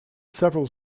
several